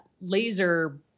laser